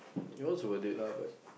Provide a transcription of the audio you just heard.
you know it's worth it lah but